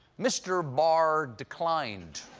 mr. barr declined.